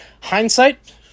hindsight